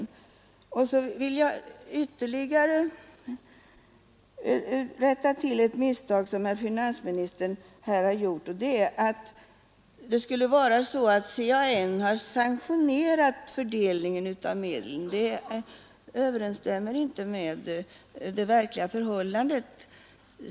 Så vill jag rätta till ytterligare ett misstag som finansministern här har gjort. Han sade att CAN skulle ha sanktionerat fördelningen av medlen. Det överensstämmer inte med verkliga förhållandet.